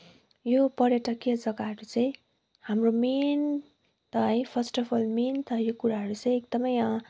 यो पर्यटकीय जग्गाहरू चाहिँ हाम्रो मेन त है फर्स्ट अफ अल मेन त यो कुराहरू चाहिँ एकदमै